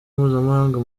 mpuzamahanga